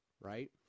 right